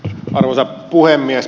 arvoisa puhemies